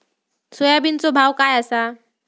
सोयाबीनचो भाव काय आसा?